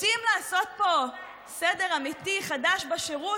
רוצים לעשות פה סדר אמיתי, חדש, בשירות?